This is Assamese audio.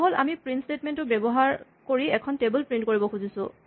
ধৰাহ'ল আমি প্ৰিন্ট স্টেটমেন্ট ব্যৱহাৰ কৰি এখন টেবল প্ৰিন্ট কৰিব খুজিছোঁ